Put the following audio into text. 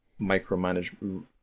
micromanage